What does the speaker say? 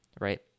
right